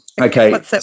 Okay